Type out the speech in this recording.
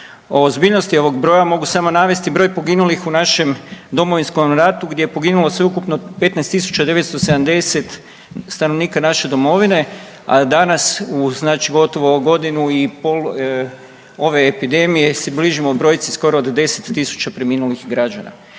O ozbiljnosti ovoga broja mogu samo navesti broj poginulih u našem Domovinskom ratu gdje je poginulo sveukupno 15 tisuća 970 stanovnika naše domovine, a danas u znači godinu i pol ove epidemije se bližimo brojci skoro od 10 tisuća preminulih građana.